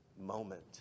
moment